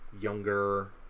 younger